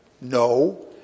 No